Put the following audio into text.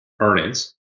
earnings